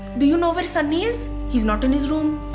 do you know where sunny is? he's not in his room.